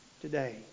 today